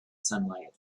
sunlight